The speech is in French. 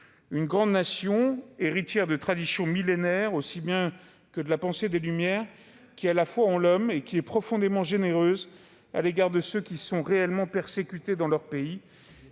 une grande nation, héritière de traditions millénaires aussi bien que de la pensée des Lumières, qui a foi en l'homme et est profondément généreuse à l'égard de ceux qui sont réellement persécutés dans leur pays.